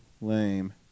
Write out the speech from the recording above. lame